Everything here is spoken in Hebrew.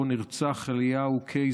שבו נרצח אליהו קיי,